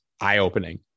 eye-opening